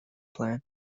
plan